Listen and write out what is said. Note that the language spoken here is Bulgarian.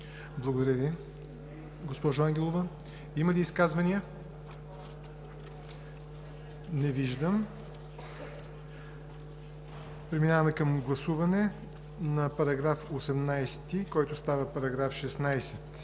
Благодаря Ви, госпожо Ангелова. Има ли изказвания? Не виждам. Преминаваме към гласуване на § 18, който става § 16